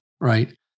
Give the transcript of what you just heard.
right